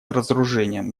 разоружением